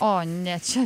o ne čia